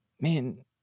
Man